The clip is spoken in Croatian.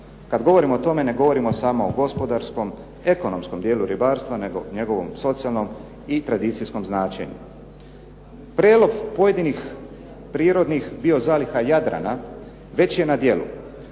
Kada govorimo o tome ne govorimo samo o ekonomskom i gospodarskom dijelu ribarstva nego o njegovom socijalnom i tradicijskom značenju. Prijelov pojedinih prirodnih bio zaliha Jadrana, već je na djelu.